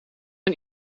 een